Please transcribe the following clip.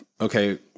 okay